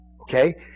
Okay